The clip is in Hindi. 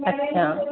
अच्छा